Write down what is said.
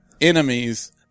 enemies